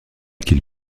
qu’il